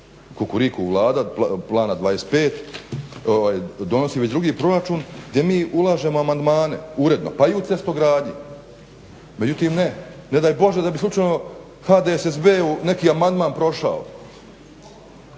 Kukuriku vlada Plana 25 donosi već drugi proračun gdje mi ulažemo amandmane uredno pa i u cestogradnji. Međutim ne, ne daj Bože da bi slučajno HDSSB-u neki amandman prošao.